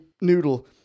noodle